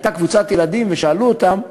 הייתה קבוצת ילדים ושאלו אותם: